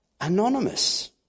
anonymous